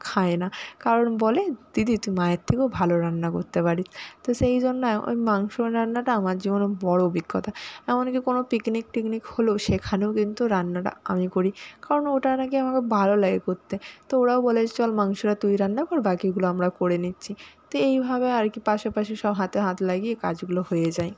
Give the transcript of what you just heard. খায় না কারণ বলে দিদি তুই মায়ের থেকেও ভালো রান্না করতে পারিস তো সেই জন্য ওই মাংস রান্নাটা আমার জীবনে বড়ো অভিজ্ঞতা এমন কি কোনো পিকনিক টিকনিক হলো সেখানেও কিন্তু রান্নাটা আমি করি কারণ ওটা নাকি আমাকে বালো লাগে করতে তো ওরাও বলে চল মাংসটা তুই রান্না কর বাকিগুলা আমরা করে নিচ্ছি তো এইভাবে আর কি পাশাপাশি সব হাতে হাত লাগিয়ে কাজগুলো হয়ে যায়